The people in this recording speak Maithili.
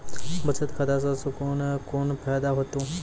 बचत खाता सऽ कून कून फायदा हेतु?